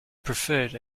preferred